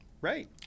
Right